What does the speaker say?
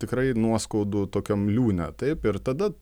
tikrai nuoskaudų tokiam liūne taip ir tada